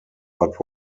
but